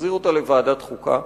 תחזיר אותה לוועדת חוקה,